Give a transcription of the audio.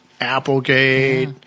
Applegate